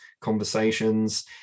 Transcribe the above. conversations